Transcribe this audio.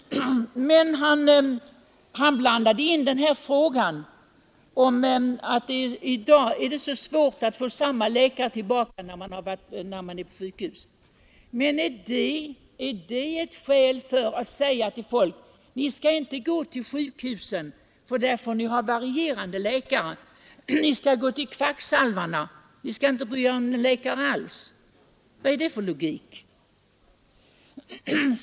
Men herr Lothigius blandade in frågan om att det i dag är så svårt att få samma läkare tillbaka när man är på sjukhus. Men det är väl inte ett skäl att säga till folk: Ni skall inte gå till sjukhusen, för där får ni ha varierande läkare — ni skall gå till kvacksalvarna, ni skall inte alls bry er om läkarna. Vad är det för logik?